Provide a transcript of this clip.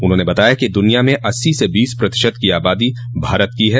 उन्होंने बताया कि दुनिया में अस्सी से बीस प्रतिशत की आबादी भारत को है